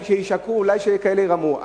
ישקרו, אולי כאלה שירמו.